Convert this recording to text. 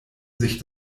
sich